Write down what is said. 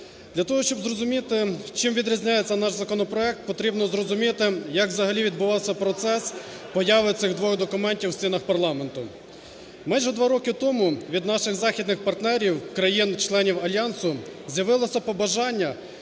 для того, щоб зрозуміти чим відрізняється наш законопроект, потрібно зрозуміти як взагалі відбувався процес появи цих двох документів в стінах парламенту. Майже два роки тому від наших західних партнерів країн-членів Альянсу з'явилося побажання,